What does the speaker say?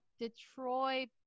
Detroit